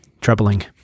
troubling